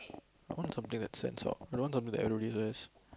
I want something that stands out I don't want something that everybody has